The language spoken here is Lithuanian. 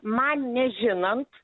man nežinant